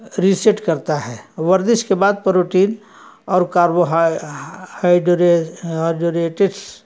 reset کرتا ہے ورزش کے بعد پروٹین اور کاربو ہائیڈوریٹس